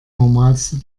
normalste